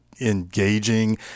engaging